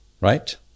Right